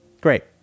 great